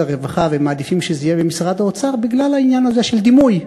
הרווחה ומעדיפים שזה יהיה במשרד האוצר בגלל העניין הזה של דימוי.